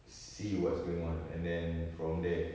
see what's going on and then from there